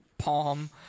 palm